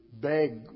beg